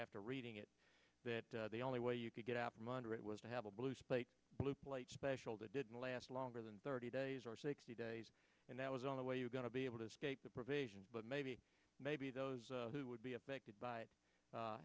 after reading it that the only way you could get out from under it was to have a blues plate blue plate special that didn't last long for than thirty days or sixty days and that was on the way you going to be able to escape the provisions but maybe maybe those who would be affected by it